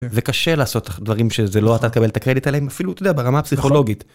וקשה לעשות דברים שזה לא אתה תקבל את הקרדיט עליהם אפילו, אתה יודע, ברמה פסיכולוגית.